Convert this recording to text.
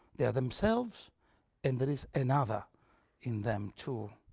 they are themselves and there is another in them too,